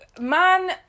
man